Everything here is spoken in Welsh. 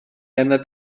arnat